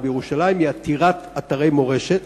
אבל ירושלים עתירת אתרי מורשת,